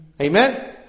Amen